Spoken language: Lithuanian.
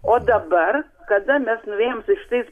o dabar kada mes nuėjom su šitais